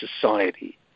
society